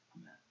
Amen